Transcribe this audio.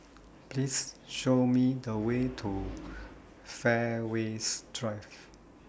Please Show Me The Way to Fairways Drive